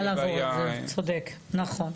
צודק, נכון.